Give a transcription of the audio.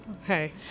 Hey